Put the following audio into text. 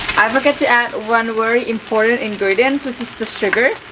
i forget to add one very important ingredient which is the sugar,